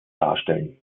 darstellen